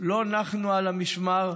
לא נחנו על המשמר.